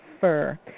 fur